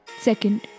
second